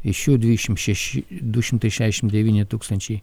iš jų dvidešim šeši du šimtai šešiasdešim devyni tūkstančiai